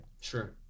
Sure